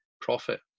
profit